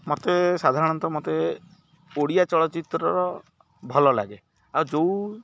ମତେ ସାଧାରଣତଃ ମତେ ଓଡ଼ିଆ ଚଳଚ୍ଚିତ୍ରର ଭଲ ଲାଗେ ଆଉ ଯେଉଁ